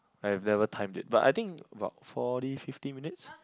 I've never timed it but I think about forty fifty minutes